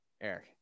Eric